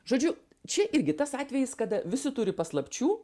žodžiu čia irgi tas atvejis kada visi turi paslapčių